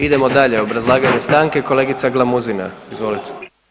Idemo dalje, obrazlaganje stanke, kolegica Glamuzina, izvolite.